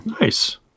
Nice